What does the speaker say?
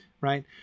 right